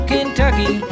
Kentucky